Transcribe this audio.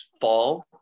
fall